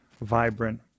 vibrant